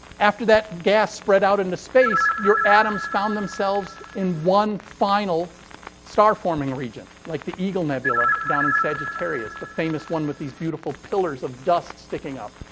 after that gas spread out into space, your atoms found themselves in one final star forming region, like the eagle nebula down in sagittarius. the famous one with these beautiful pillars of dust sticking up.